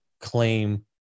claim